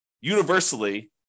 universally